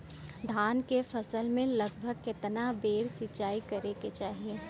धान के फसल मे लगभग केतना बेर सिचाई करे के चाही?